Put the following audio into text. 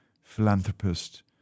philanthropist